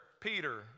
Peter